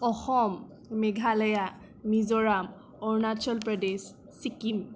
Assam Meghalaya Mizoram Arunachal Pradesh Sikkim